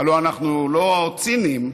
הלוא אנחנו לא ציניים,